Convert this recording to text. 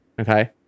okay